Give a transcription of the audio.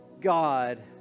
God